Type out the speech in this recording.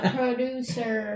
producer